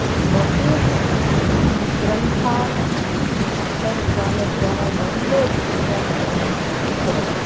बहु ग्रन्थान् अन्तर्जालद्वारा डौन्लोड् कृत्वा पठनीयम् इति भवति